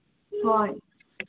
ꯍꯣꯏ